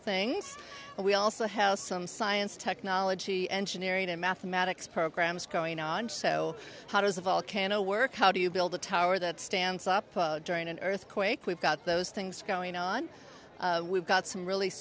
things and we also have some science technology engineering and mathematics programs going on so how does a volcano work how do you build a tower that stands up during an earthquake we've got those things going on we've got some really